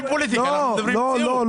לא,